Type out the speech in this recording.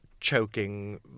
choking